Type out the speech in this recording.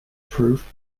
proof